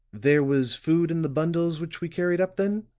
there was food in the bundles which we carried up, then,